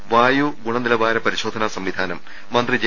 തത്സമയ വായു ഗുണനിലവാര പരിശോധനാ സംവിധാനം മന്ത്രി ജെ